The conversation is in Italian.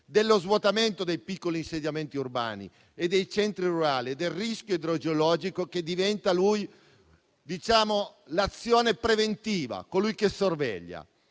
dallo svuotamento dei piccoli insediamenti urbani e dei centri rurali e dal rischio idrogeologico. Egli diventa colui che pratica l'azione preventiva, colui che sorveglia.